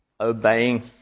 obeying